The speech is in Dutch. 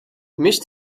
mist